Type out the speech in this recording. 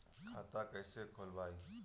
खाता कईसे खोलबाइ?